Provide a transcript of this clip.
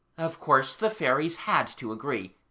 of course, the fairies had to agree,